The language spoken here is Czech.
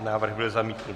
Návrh byl zamítnut.